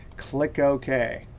click ok.